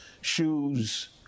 shoes